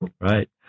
Right